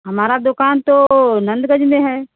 हमारा दुकान तो नंदगंज में है